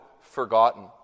forgotten